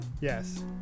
Yes